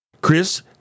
Chris